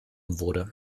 wurde